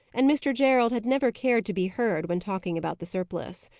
and mr. gerald had never cared to be heard, when talking about the surplice.